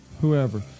whoever